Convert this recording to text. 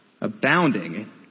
abounding